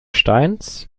steins